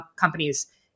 companies